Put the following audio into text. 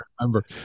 remember